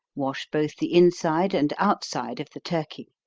wash both the inside and outside of the turkey.